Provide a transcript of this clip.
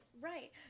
Right